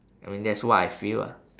I mean that's what I feel ah